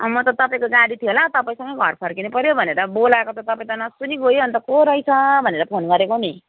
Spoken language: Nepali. अनि म त तपाईँको गाडी थियो होला तपाईँसँगै घर फर्किनुपऱ्यो भनेर बोलाएको त तपाईँ त नसुनी गयो अन्त को रहेछ भनेर फोन गरेको नि